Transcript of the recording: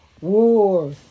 war